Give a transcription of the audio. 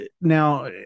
now